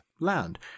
land